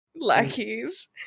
lackeys